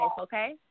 okay